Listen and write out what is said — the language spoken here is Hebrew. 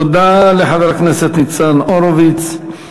תודה לחבר הכנסת ניצן הורוביץ.